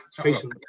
facing